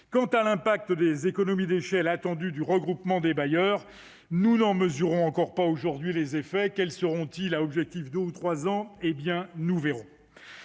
Quant à l'impact des économies d'échelle attendues du regroupement des bailleurs, nous n'en mesurons pas encore aujourd'hui les effets. Quels seront-ils à échéance de deux ans ou trois ans ? Nous verrons